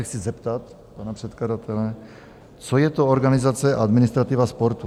Chci se zeptat pana předkladatele, co je to organizace a administrativa sportu?